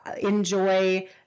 enjoy